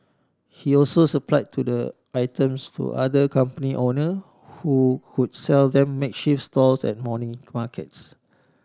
he also supply to the items to other company owner who sell them makeshift stalls at morning markets